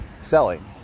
selling